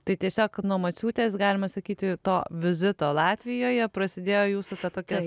tai tiesiog nuo maciūtės galima sakyti to vizito latvijoje prasidėjo jūsų tokia